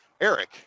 Eric